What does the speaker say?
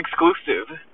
exclusive